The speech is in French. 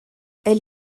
elle